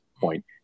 point